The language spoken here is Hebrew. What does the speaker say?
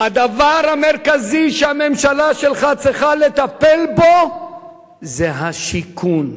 הדבר המרכזי שהממשלה שלך צריכה לטפל בו זה השיכון,